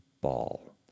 ball